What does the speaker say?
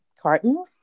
carton